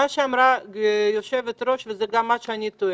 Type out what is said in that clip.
מה שאמרה יושבת-הראש, וזה גם מה שאני טוענת,